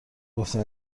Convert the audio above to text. گفتم